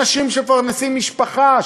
אנשים שמפרנסים משפחה,